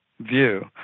view